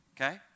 okay